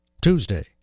Tuesday